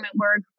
work